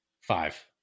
five